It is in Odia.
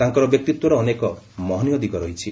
ତାଙ୍କର ବ୍ୟକ୍ତିତ୍ୱର ଅନେକ ମହନୀୟ ଦିଗ ରହିଛି